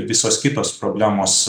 visos kitos problemos